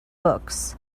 books